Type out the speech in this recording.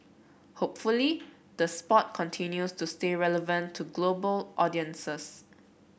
hopefully the sport continues to stay relevant to global audiences